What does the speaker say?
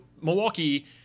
Milwaukee